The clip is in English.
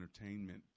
entertainment